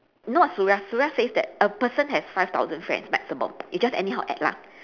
you know what suria suria says that a person has five thousand friends maximum it just anyhow add lah